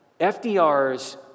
FDR's